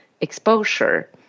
exposure